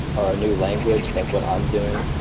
or a new language, like what i'm doing.